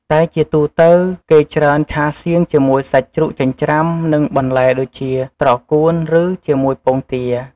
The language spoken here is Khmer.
តែជាទូទៅ គេច្រើនឆាសៀងជាមួយសាច់ជ្រូកចិញ្ច្រាំ និងបន្លែដូចជា ត្រកួន ឬជាមួយពងទា។